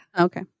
Okay